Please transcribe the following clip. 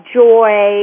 joy